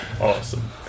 Awesome